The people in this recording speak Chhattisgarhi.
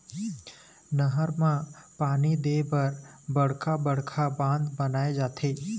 नहर म पानी दे बर बड़का बड़का बांध बनाए जाथे